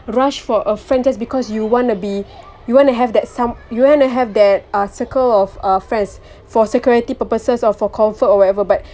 rush for a friend just because you wanna be you wanna have that some you wanna have that uh circle of friends for security purposes or for comfort or whatever but